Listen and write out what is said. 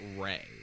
Ray